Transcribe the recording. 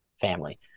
family